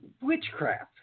witchcraft